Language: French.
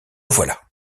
voilà